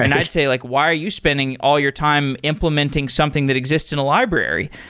and i'd say like, why are you spending all your time implementing something that exists in a library?